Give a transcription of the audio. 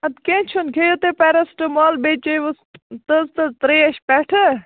اَدٕ کیٚنٛہہ چھُنہٕ کھیٚیِو تُہۍ پیرسٹٕمال بیٚیہِ چیٚہوٗس تٔژ تٔژ ترٛیش پٮ۪ٹھٕ